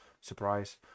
Surprise